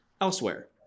elsewhere